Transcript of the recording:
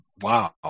wow